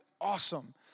awesome